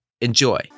Enjoy